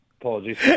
apologies